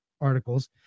articles